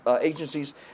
agencies